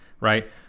right